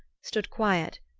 stood quiet,